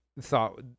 thought